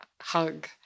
hug